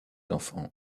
enfants